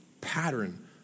pattern